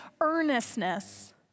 earnestness